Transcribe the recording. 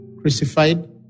crucified